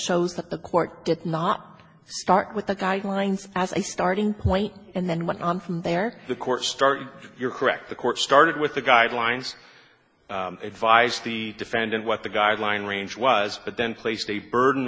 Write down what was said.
shows that the court did not start with the guidelines as a starting point and then went on from there the court start you're correct the court started with the guidelines advise the defendant what the guideline range was but then placed the burden